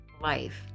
life